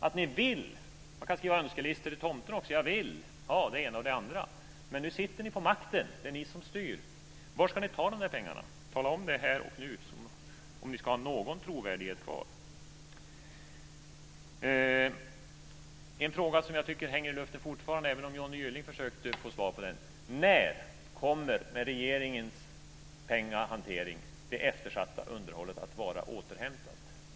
Att ni vill är en sak - man kan skriva önskelistor till tomten också om att man vill ha det ena och det andra - men nu sitter ni på makten; det är ni som styr. Var ska ni ta de här pengarna? Tala om det här och nu, om ni ska ha någon trovärdighet kvar! En fråga som jag tycker hänger i luften fortfarande, även om Johnny Gylling försökte få svar på den är: När kommer, med regeringens pengahantering, det eftersatta underhållet att vara återhämtat?